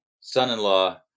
son-in-law